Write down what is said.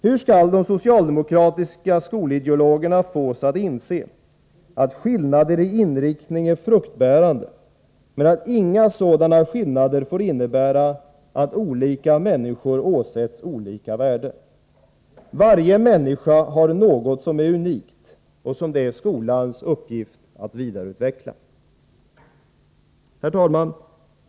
Hur skall de socialdemokratiska skolideologerna fås att begripa att skillnader i inriktning är fruktbärande, men att inga sådana skillnader får innebära att olika människor åsätts olika värde? Varje människa har något som är unikt och som det är skolans uppgift att vidareutveckla. Herr talman!